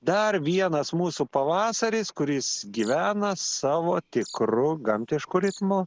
dar vienas mūsų pavasaris kuris gyvena savo tikru gamtišku ritmu